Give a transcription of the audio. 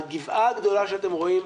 הגבעה הירוקה שאתם רואים,